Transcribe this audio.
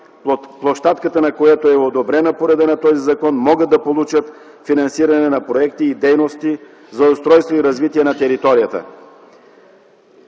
площадката на което е одобрена по реда на този закон, да могат да получат финансиране на проекти и дейности за устройство и развитие на територията.